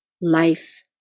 life